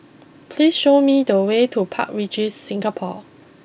please show me the way to Park Regis Singapore